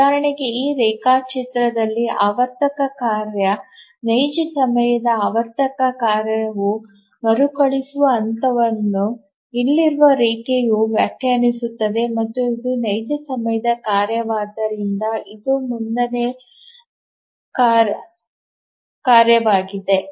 ಉದಾಹರಣೆಗೆ ಈ ರೇಖಾಚಿತ್ರದಲ್ಲಿ ಆವರ್ತಕ ಕಾರ್ಯ ನೈಜ ಸಮಯದ ಆವರ್ತಕ ಕಾರ್ಯವು ಮರುಕಳಿಸುವ ಹಂತವನ್ನು ಇಲ್ಲಿರುವ ರೇಖೆಯು ವ್ಯಾಖ್ಯಾನಿಸುತ್ತದೆ ಮತ್ತು ಇದು ನೈಜ ಸಮಯದ ಕಾರ್ಯವಾದ್ದರಿಂದ ಇದು ಮುನ್ನೆಲೆ ಕಾರ್ಯವಾಗಿದೆ